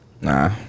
Nah